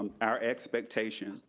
and our expectation.